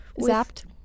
Zapped